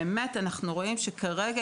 כרגע,